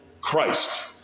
Christ